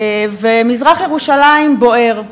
ומזרח-ירושלים בוערת.